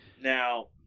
Now